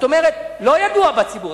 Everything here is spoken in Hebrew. את אומרת: לא ידוע בציבור,